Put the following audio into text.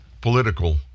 political